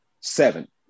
Seven